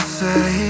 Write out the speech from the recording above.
say